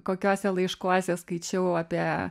kokiuose laiškuose skaičiau apie